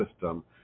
system